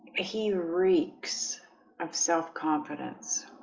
he reeks of self-confidence